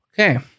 Okay